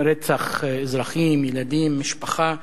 רצח אזרחים, ילדים, משפחה: